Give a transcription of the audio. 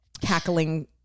cackling